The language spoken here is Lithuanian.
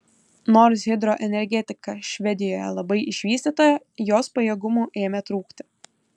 nors hidroenergetika švedijoje labai išvystyta jos pajėgumų ėmė trūkti